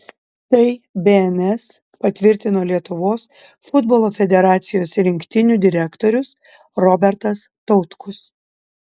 tai bns patvirtino lietuvos futbolo federacijos rinktinių direktorius robertas tautkus